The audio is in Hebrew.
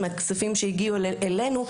מהכספים שהגיעו אלינו,